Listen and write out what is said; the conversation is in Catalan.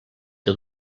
que